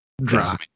dry